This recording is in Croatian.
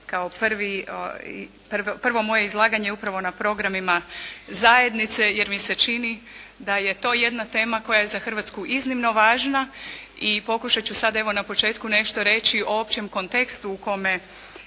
kao prvo moje izlaganje je upravo na programima zajednice jer mi se čini da je to jedna tema koja je za Hrvatsku iznimno važna i pokušat ću sad evo na početku nešto reći u općem kontekstu u kome